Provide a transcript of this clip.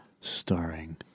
Starring